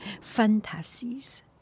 fantasies